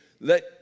let